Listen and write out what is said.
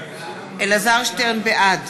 בעד